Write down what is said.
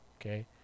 okay